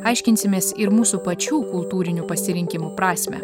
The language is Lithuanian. aiškinsimės ir mūsų pačių kultūrinių pasirinkimų prasmę